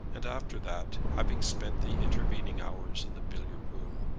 and after that, having spent the intervening hours in the billiard-room,